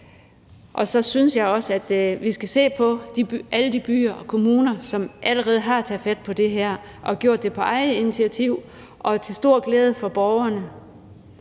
Og så synes jeg også, at vi skal se på alle de byer og kommuner, som allerede har taget fat på det her og har gjort det på eget initiativ til stor glæde for borgerne.